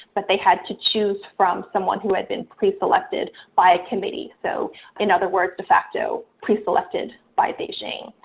but they had to choose from someone who had been pre-selected by a committee. so in other words, de facto pre-selected by beijing.